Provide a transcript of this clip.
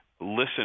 listen